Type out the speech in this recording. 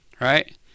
right